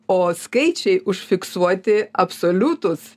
o skaičiai užfiksuoti absoliutūs